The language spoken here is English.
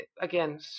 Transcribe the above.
again